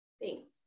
Thanks